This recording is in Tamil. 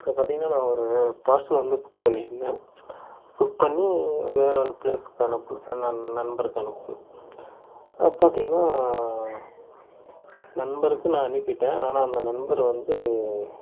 இப்போ பார்த்திங்கன்னா நான் ஒரு பார்சல் வந்து புக் பண்ணி இருந்தேன் புக் பண்ணி வேறு ஒரு பிளேஸ்க்கு அனுப்பு என்னன் நண்பருக்கு அனுப்பு பார்த்திங்கன்னா நண்பருக்கும் நான் அனுப்பி விட்டேன் ஆனால் அந்த நண்பர் வந்து